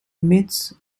midst